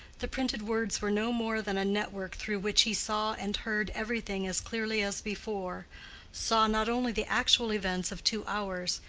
the printed words were no more than a network through which he saw and heard everything as clearly as before saw not only the actual events of two hours,